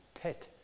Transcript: pet